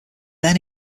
then